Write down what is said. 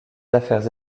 affaires